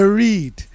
read